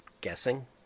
guessing